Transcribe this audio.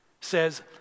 says